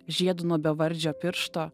žiedu nuo bevardžio piršto